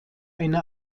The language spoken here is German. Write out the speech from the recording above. eine